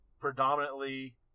predominantly